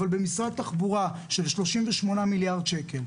אבל במשרד התחבורה של 38 מיליארד שקל,